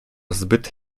zbyt